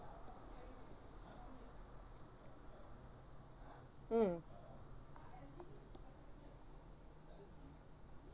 mm